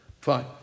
Fine